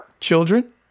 Children